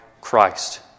Christ